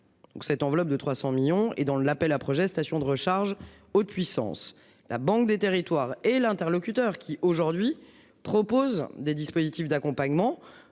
cette enveloppe de 300 millions et dans le, l'appel à projets stations de recharge autre puissance la banque des territoires et l'interlocuteur qui aujourd'hui proposent des dispositifs d'accompagnement